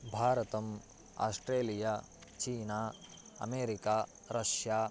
भारतम् Australia China America Russia